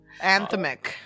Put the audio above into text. Anthemic